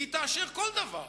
תאשר כל דבר.